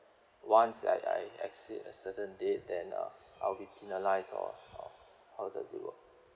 once I I exceed a certain date then uh I'll be penalised or or how does it work